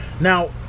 Now